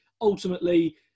ultimately